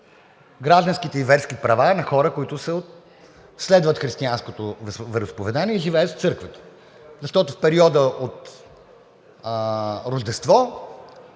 гражданските и верските права на хора, които следват християнското вероизповедание и живеят в църквата. Защото в периода от Рождество